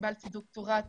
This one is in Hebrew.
קיבלתי דוקטורט